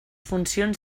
funcions